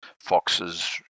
foxes